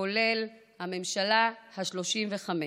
כולל הממשלה השלושים-וחמש.